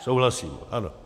Souhlasím, ano.